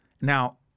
Now